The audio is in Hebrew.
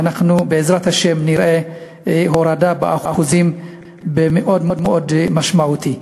ואנחנו בעזרת השם נראה ירידה באחוזים באופן מאוד מאוד משמעותי.